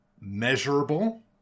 measurable